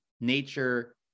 nature